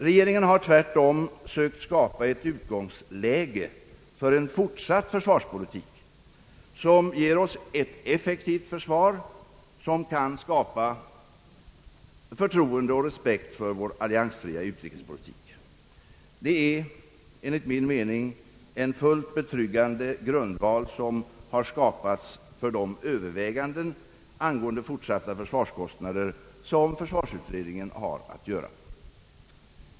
Regeringen har tvärtom sökt skapa ett utgångsläge för en fortsatt försvarspolitik, som ger oss ett effektivt försvar, i stånd att inge förtroende och respekt för vår alliansfria utrikespolitik. Det är enligt min mening en fullt betryggande grundval, som har skapats för de överväganden angående fortsatta försvarskostnader som försvarsutredningen har att göra.